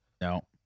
No